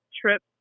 trip